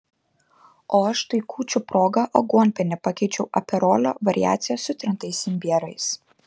o aš tai kūčių proga aguonpienį pakeičiau aperolio variacija su trintais imbierais